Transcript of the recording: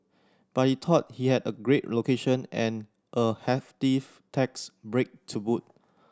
but he thought he had a great location and a hefty tax break to boot